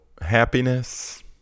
happiness